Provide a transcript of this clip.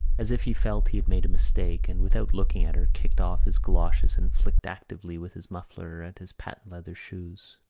as if he felt he had made a mistake and, without looking at her, kicked off his goloshes and flicked actively with his muffler at his patent-leather shoes.